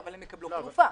אבל הם יקבלו חלופה.